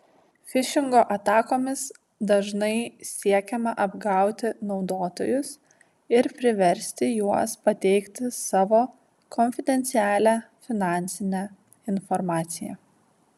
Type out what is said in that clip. fišingo atakomis dažnai siekiama apgauti naudotojus ir priversti juos pateikti savo konfidencialią finansinę informaciją